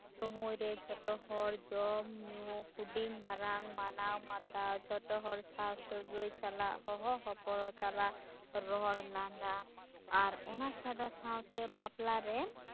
ᱥᱚᱢᱚᱭ ᱨᱮ ᱡᱚᱛᱚᱦᱚᱲ ᱡᱚᱢᱼᱧᱩ ᱦᱩᱰᱤᱧ ᱢᱟᱨᱟᱝ ᱢᱟᱱᱟᱣ ᱵᱟᱛᱟᱣ ᱡᱷᱚᱛᱚᱦᱚᱲ ᱥᱟᱶ ᱥᱟᱹᱜᱟᱹᱭ ᱥᱟᱞᱟᱜ ᱦᱚᱦᱚ ᱦᱚᱯᱚᱲᱚ ᱛᱟᱞᱟ ᱨᱚᱲ ᱞᱟᱸᱫᱟ ᱟᱨ ᱚᱱᱟ ᱪᱷᱟᱰᱟ ᱥᱟᱶᱛᱮ ᱵᱟᱯᱞᱟ ᱨᱮ